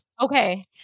Okay